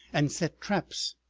and set traps.